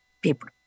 people